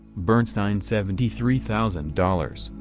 bernstein seventy three thousand dollars,